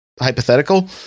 hypothetical